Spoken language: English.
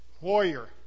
warrior